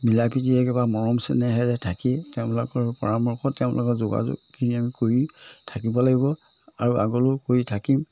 মিলা প্ৰীতিৰে কিবা মৰম চেনেহেৰে থাকি তেওঁলোকৰ পৰামৰ্শত তেওঁলোকক যোগাযোগখিনি আমি কৰি থাকিব লাগিব আৰু আগলৈও কৰি থাকিম